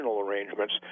arrangements